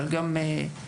אבל גם בתקשורת.